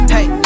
Hey